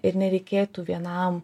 ir nereikėtų vienam